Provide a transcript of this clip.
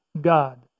God